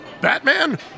Batman